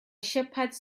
shepherds